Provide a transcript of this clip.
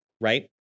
right